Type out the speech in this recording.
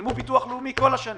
שילמו ביטוח לאומי כל השנים.